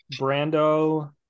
brando